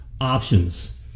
options